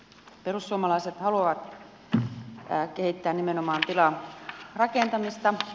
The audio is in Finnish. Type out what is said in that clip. perussuomalaiset haluavat kehittää nimenomaan tilarakentamista